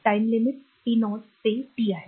time limit t0 ते t आहे